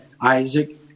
Isaac